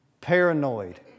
Paranoid